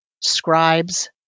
Scribes